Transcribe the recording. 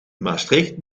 maastricht